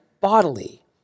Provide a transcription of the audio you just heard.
bodily